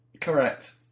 correct